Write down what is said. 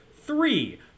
Three